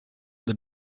that